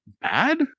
bad